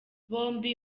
bombi